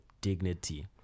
dignity